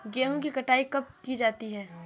गेहूँ की कटाई कब की जाती है?